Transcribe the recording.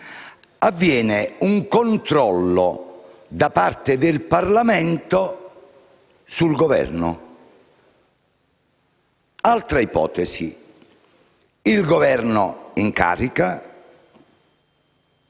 Avviene un controllo da parte del Parlamento sul Governo. Altra ipotesi: il Governo in carica